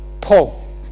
paul